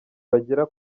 bagera